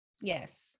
Yes